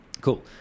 Cool